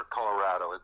Colorado